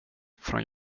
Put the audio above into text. från